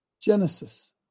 Genesis